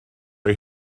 roi